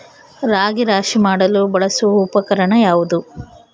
ರಾಗಿ ರಾಶಿ ಮಾಡಲು ಬಳಸುವ ಉಪಕರಣ ಯಾವುದು?